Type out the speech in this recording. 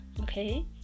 okay